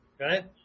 Okay